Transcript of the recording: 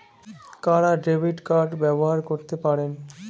কারা debit card ব্যবহার করতে পারেন?